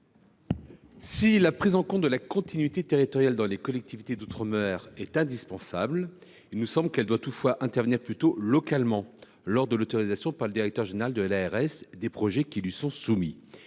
Si la prise en compte de la continuité territoriale dans les collectivités d’outre mer est indispensable, il nous semble qu’elle doit intervenir à l’échelle locale, lors de l’autorisation par le directeur général de l’ARS des projets qui lui sont soumis.